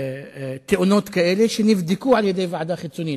תאונות כאלה שנבדקו על-ידי ועדה חיצונית,